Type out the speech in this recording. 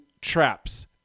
traps